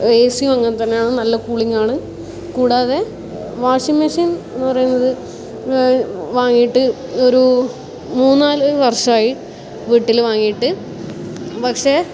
A സിയും അങ്ങനെ തന്നെയാണ് നല്ല കൂളിംഗ് ആണ് കൂടാതെ വാഷിംഗ് മെഷീൻ എന്ന് പറയുന്നത് വാങ്ങിയിട്ട് ഒരു മൂന്നാല് വർഷമായി വീട്ടിൽ വാങ്ങിയിട്ട് പക്ഷേ